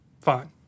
fine